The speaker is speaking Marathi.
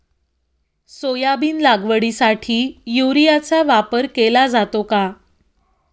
सोयाबीन लागवडीसाठी युरियाचा वापर केला जातो का?